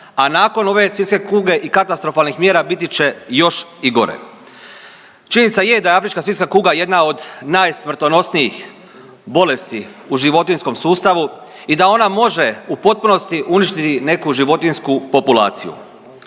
a nakon ove svinjske kuge i katastrofalnih mjera biti će još i gore. Činjenica je da je afrička svinjska kuga jedna od smrtonosnijih bolesti u životinjskom sustavu i da ona može u potpunosti uništiti neku životinjsku populaciju.